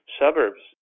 suburbs